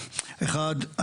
אחת,